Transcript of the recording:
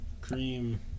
Cream